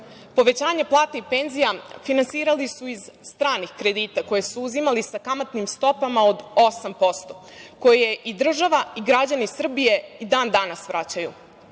Povećanje plata i penzija finansirali su iz stranih kredita koji su uzimali sa kamatnim stopama od 8%, koje i država i građani Srbije i dan danas vraćaju. Mi